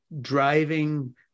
driving